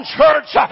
church